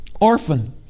orphan